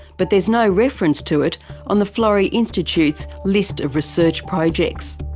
but there is no reference to it on the florey institute's list of research projects.